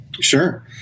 Sure